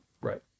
Right